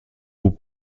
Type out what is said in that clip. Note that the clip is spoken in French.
aux